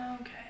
okay